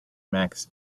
max